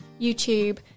YouTube